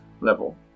level